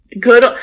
Good